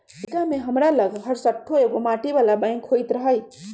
लइरका में हमरा लग हरशठ्ठो एगो माटी बला बैंक होइत रहइ